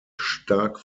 stark